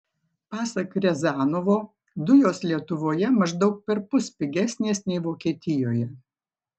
pasak riazanovo dujos lietuvoje maždaug perpus pigesnės nei vokietijoje